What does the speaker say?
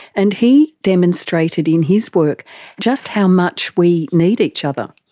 and he demonstrated in his work just how much we need each other.